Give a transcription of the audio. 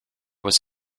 was